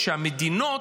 שהמדינות